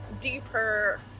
deeper